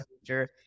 future